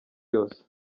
yose